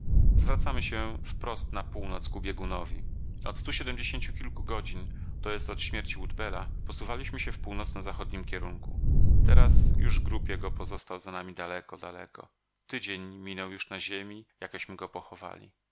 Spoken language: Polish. zwracamy się wprosi na północ ku biegunowi od stu siedmdziesięciu kilku godzin to jest od śmierci woodbella posuwaliśmy się w północno zachodnim kierunku teraz już grób jego pozostał za nami daleko daleko tydzień minął już na ziemi jakeśmy go pochowali